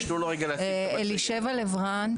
אלישבע לב-רן,